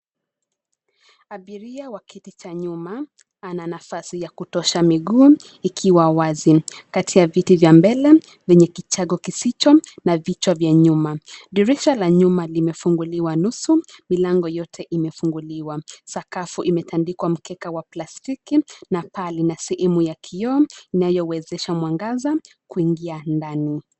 Abiria wa kiti cha nyuma ana nafasi ya kutosha, miguu ikiwa wazi kati ya viti vya mbele vyenye kitego kisicho na vichwa vya nyuma. Dirisha la nyuma limefunguliwa nusu, milango yote imefunguliwa. Sakafu imetandikwa mkeka wa plastiki na pale na sehemu ya kioo inayowezesha mwangaza kuingia ndani.